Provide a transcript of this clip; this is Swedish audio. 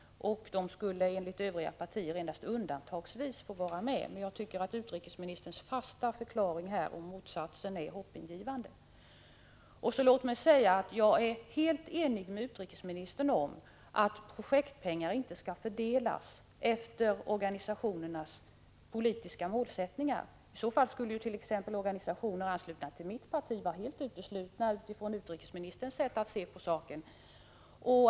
Frivilligorganisationerna skulle enligt Övriga partier endast undantagsvis få vara med. Jag tycker att utrikesministerns fasta förklaring här i motsatt riktning är hoppingivande. Jag är helt enig med utrikesministern om att projektpengar inte skall fördelas efter organisationernas politiska målsättningar. I så fall skulle t.ex. organisationer anslutna till mitt parti vara uteslutna om utrikesministerns målsättningar skulle vara styrande.